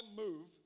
move